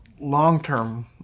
long-term